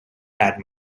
had